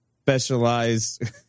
specialized